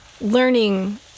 learning